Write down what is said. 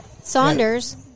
Saunders